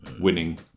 winning